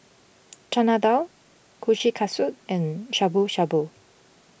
Chana Dal Kushikatsu and Shabu Shabu